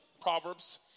Proverbs